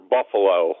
Buffalo